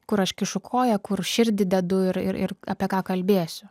kur aš kišu koją kur širdį dedu ir ir ir apie ką kalbėsiu